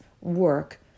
work